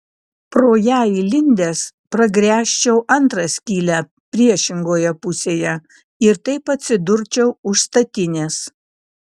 pro ją įlindęs pragręžčiau antrą skylę priešingoje pusėje ir taip atsidurčiau už statinės